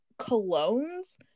colognes